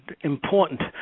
important